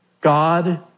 God